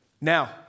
Now